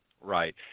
Right